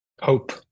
hope